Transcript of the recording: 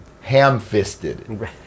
Ham-fisted